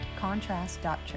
contrast.church